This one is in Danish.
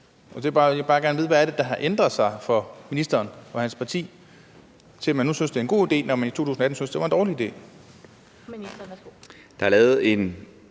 Jeg vil bare gerne vide, hvad det er, der har ændret sig for ministeren og hans parti, siden man nu synes, det er en god idé, når man i 2018 syntes, det var en dårlig idé.